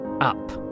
up